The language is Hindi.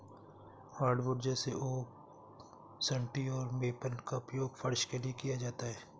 हार्डवुड जैसे ओक सन्टी और मेपल का उपयोग फर्श के लिए किया जाता है